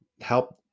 help